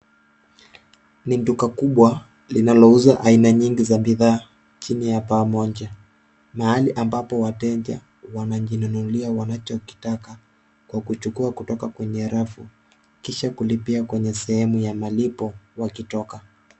Ni duka kubwa linalouza aina nyingi za bidhaa chini ya paa moja. Mahali ambapo wateja wanajinunulia wanachokitaka kwa kuchukua kutoka kwenye rafu kisha kulipia kwenye sehemu ya malipo wakitoka.